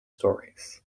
stories